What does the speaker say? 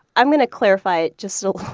i'm going to clarify it just so